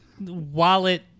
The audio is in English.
wallet